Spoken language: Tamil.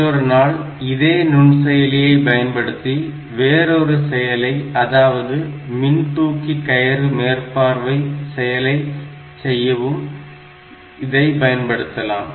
மற்றொரு நாள் இதே நுண்செயலியை பயன்படுத்தி வேறொரு செயலை அதாவது மின்தூக்கி கயிறு மேற்பார்வை செயலைச் செய்யவும் இதை பயன்படுத்தலாம்